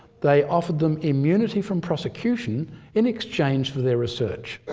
they offered them immunity from prosecution in exchange for their research.